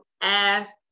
ask